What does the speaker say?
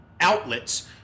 outlets